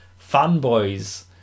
Fanboys